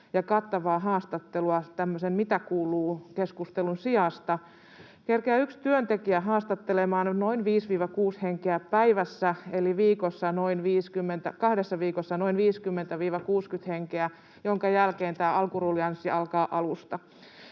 ja kattavaa haastattelua tämmöisen ”mitä kuuluu” ‑keskustelun sijasta, kerkeää yksi työntekijä haastattelemaan noin 5—6 henkeä päivässä eli noin 50—60 henkeä kahdessa viikossa, minkä jälkeen tämä alkuruljanssi alkaa alusta.